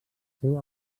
seua